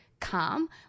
calm